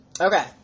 Okay